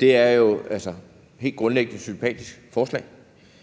Det er jo helt grundlæggende et sympatisk forslag.